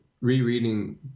rereading